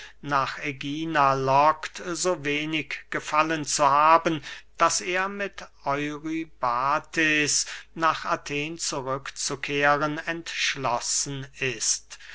nach ägina lockt so wenig gefallen zu haben daß er mit eurybates nach athen zurückzukehren entschlossen ist